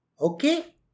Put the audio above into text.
Okay